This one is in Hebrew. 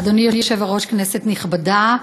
אדוני היושב-ראש, כנסת נכבדה,